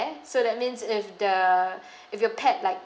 so that means if the if your pet like